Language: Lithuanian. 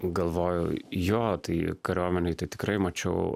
galvoju jo tai kariuomenėj tai tikrai mačiau